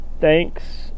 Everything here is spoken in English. Thanks